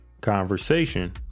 conversation